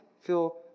feel